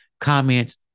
comments